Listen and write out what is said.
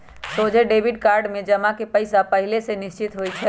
सोझे डेबिट में जमा के पइसा पहिले से निश्चित होइ छइ